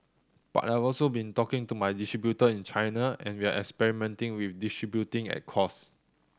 but I've also been talking to my distributor in China and we're experimenting with distributing at cost